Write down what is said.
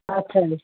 ਅੱਛਾ ਜੀ